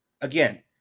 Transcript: Again